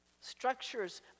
structures